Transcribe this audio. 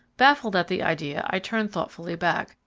baffled at the idea i turned thoughtfully back,